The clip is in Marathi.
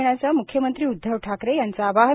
घेण्याचं मुख्यमंत्री उद्धव ठाकरे यांचं आवाहन